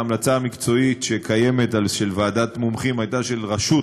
ההמלצה המקצועית של ועדת מומחים הייתה של רשות